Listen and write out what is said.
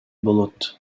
болот